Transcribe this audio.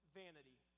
vanity